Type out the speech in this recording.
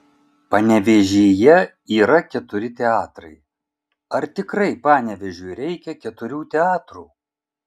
panevėžyje yra keturi teatrai ar tikrai panevėžiui reikia keturių teatrų